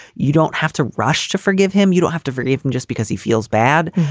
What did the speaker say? you don't have to rush to forgive him. you don't have to forgive him just because he feels bad.